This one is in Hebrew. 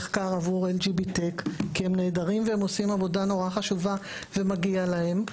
מחקר עבור LGBTECH כי הם נהדרים והם עושים עבודה נורא חשובה ומגיע להם.